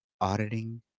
auditing